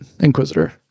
Inquisitor